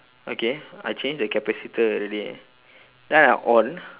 okay I change the capacitor already then I on